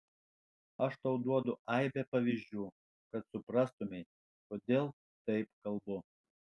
aš tau duodu aibę pavyzdžių kad suprastumei kodėl taip kalbu